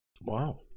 Wow